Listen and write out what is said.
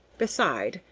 beside,